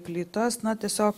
plytas na tiesiog